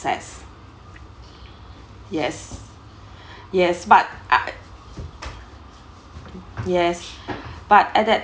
yes yes but a~ yes but at that